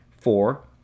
four